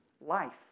life